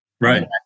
Right